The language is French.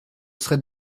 serait